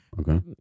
Okay